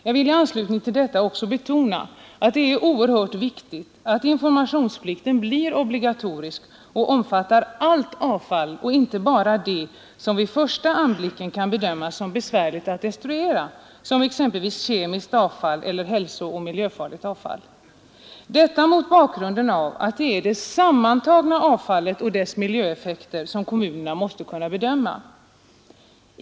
Jag vill i anslutning till detta också betona att det är oerhört viktigt att informationsplikten blir obligatorisk och omfattar allt avfall och inte bara det som vid första anblicken kan bedömas som besvärligt att destruera, som exempelvis kemiskt avfall eller hälsooch miljöfarligt avfall — detta mot bakgrund av att det är det sammantagna avfallet och dess miljöeffekter som kommunerna måste kunna bedöma.